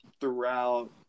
throughout